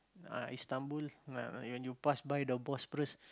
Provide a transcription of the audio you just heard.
ah Istanbul ah when you pass by the Bosphorus